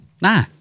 Nah